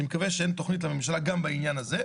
אני מקווה שאין תכנית לממשלה גם בעניין הזה.